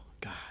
God